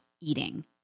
eating